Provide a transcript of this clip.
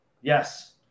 Yes